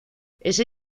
ese